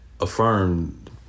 affirmed